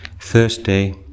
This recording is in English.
Thursday